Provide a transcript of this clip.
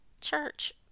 church